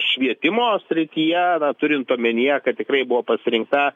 švietimo srityje na turint omenyje kad tikrai buvo pasirinkta